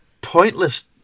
pointless